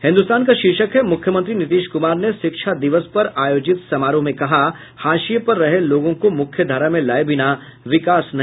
हिन्दुस्तान का शीर्षक है मुख्यमंत्री नीतीश कुमार ने शिक्षा दिवस पर आयोजित समारोह में कहा हाशिए पर रहे लोगों को मुख्यधारा में लाए बिना विकास नहीं